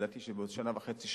שזה לדעתי בעוד שנה וחצי,